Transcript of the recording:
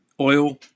Oil